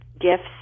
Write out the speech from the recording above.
gifts